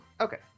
Okay